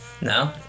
No